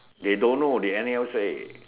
they don't know they anyhow say